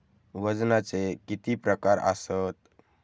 वजनाचे किती प्रकार आसत?